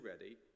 ready